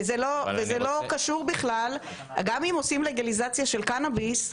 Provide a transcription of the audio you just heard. גם אם עושים לגליזציה של קנאביס,